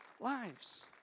lives